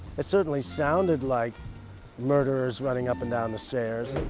it certainly sounded like murderers running up and down the stairs.